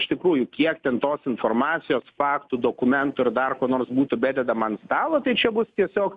iš tikrųjų kiek ten tos informacijos faktų dokumentų ir dar ko nors būtų bededama ant stalo tai čia bus tiesiog